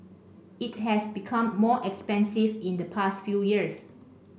it has become more expensive in the past few years